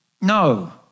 No